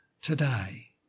today